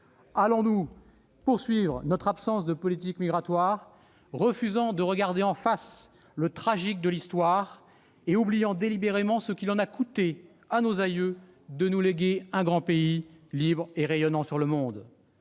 Allons-nous donc poursuivre notre absence de politique migratoire, refusant de regarder en face le tragique de l'histoire et oubliant délibérément ce qu'il en a coûté à nos aïeux de nous léguer un grand pays, libre et rayonnant sur le monde ?